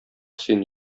син